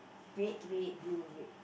red red blue red